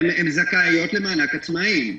הן זכאיות למענק העצמאים.